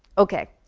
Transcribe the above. okay,